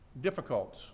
difficult